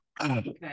Okay